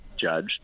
judge